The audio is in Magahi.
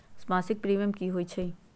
मासिक प्रीमियम की होई छई?